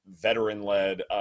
veteran-led